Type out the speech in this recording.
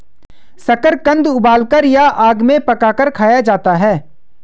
शकरकंद उबालकर या आग में पकाकर खाया जाता है